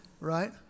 right